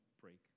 break